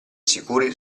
sicuri